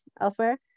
elsewhere